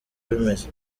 bimeze